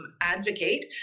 advocate